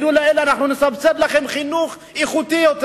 נסבסד לכם חינוך איכותי יותר.